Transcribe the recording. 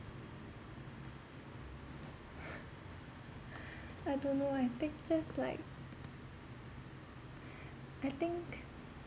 I don't know I think just like I think